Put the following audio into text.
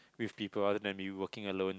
with people rather than be working alone